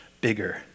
bigger